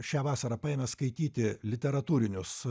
šią vasarą paėmęs skaityti literatūrinius